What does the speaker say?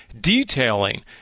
detailing